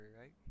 right